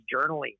journaling